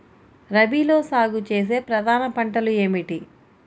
రబీలో సాగు చేసే ప్రధాన పంటలు ఏమిటి?